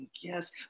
yes